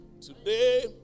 Today